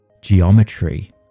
geometry